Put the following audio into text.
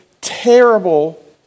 terrible